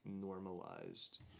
normalized